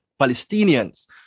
Palestinians